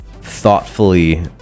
thoughtfully